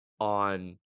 on